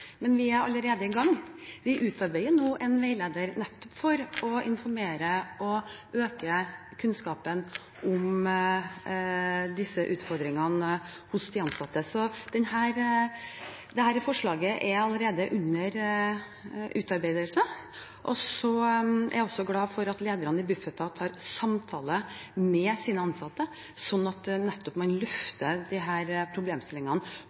men vi er allerede i gang. Vi utarbeider nå en veileder nettopp for å informere og øke kunnskapen om disse utfordringene hos de ansatte. Så saken dette forslaget omhandler, er allerede under utarbeidelse. Så er jeg også glad for at lederne i Bufetat har samtaler med sine ansatte, slik at man nettopp løfter disse problemstillingene